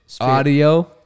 Audio